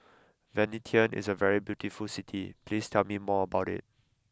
Vientiane is a very beautiful city please tell me more about it